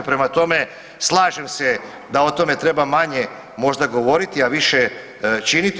Prema tome, slažem se da o tome treba manje možda govoriti, a više činiti.